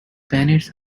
banners